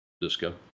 Disco